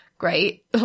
Great